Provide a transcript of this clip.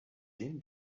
din